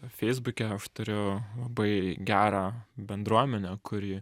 feisbuke aš turiu labai gerą bendruomenę kuri